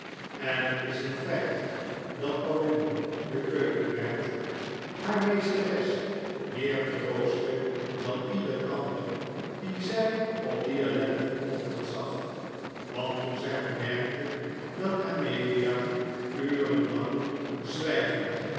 en het is een feit dat pauline de keukenmeid haar meesteres meer troostte dan ieder ander die zij op dien ellendigen ochtend zag want toen zij bemerkte dat amelia uren lang zwijgend